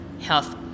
health